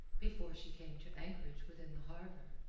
before she came to anchorage within the harbour.